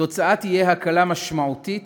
התוצאה תהיה הקלה משמעותית